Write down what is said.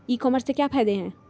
ई commerce के क्या फायदे हैं?